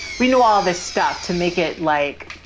we know all this stuff to make it like,